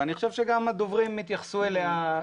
ואני חושב שגם הדוברים התייחסו אליה,